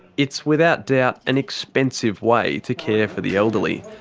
it's without doubt an expensive way to care for the elderly,